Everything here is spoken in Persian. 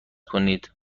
کنید